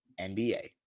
NBA